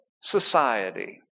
society